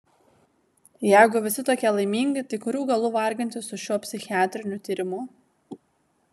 jeigu visi tokie laimingi tai kurių galų vargintis su šiuo psichiatriniu tyrimu